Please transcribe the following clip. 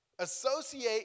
associate